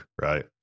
Right